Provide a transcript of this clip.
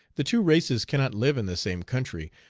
the two races cannot live in the same country,